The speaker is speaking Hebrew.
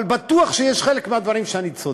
אבל בטוח שבחלק מהדברים אני צודק.